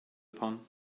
upon